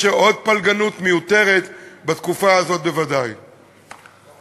ויש לנו עניין גם לגדול בכלל ולהרחיב את הקהילה היהודית בכל מקום,